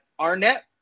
Arnett